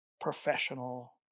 professional